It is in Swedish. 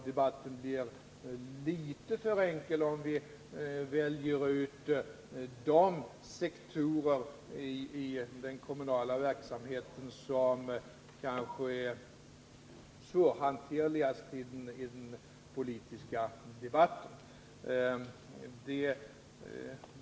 Debatten blir litet för enkel om vi väljer ut de sektorer av den kommunala verksamheten som är mest svårhanterliga i den politiska debatten.